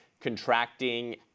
contracting